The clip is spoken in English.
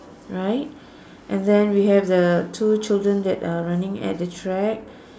right and then we have the two children that are running at the track